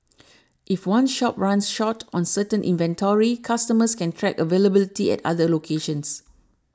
if one shop runs short on certain inventory customers can track availability at other locations